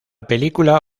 película